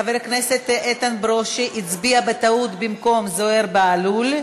חבר הכנסת איתן ברושי הצביע בטעות במקום זוהיר בהלול.